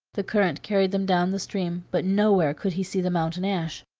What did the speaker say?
the current carried them down the stream, but nowhere could he see the mountain ash.